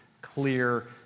clear